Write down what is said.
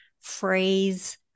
phrase